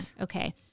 Okay